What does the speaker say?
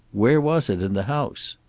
where was it in the house?